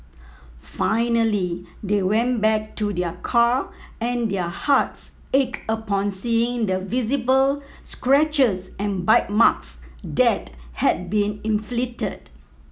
finally they went back to their car and their hearts ached upon seeing the visible scratches and bite marks that had been inflicted